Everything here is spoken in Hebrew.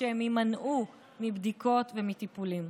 שהן יימנעו מבדיקות ומטיפולים.